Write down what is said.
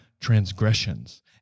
transgressions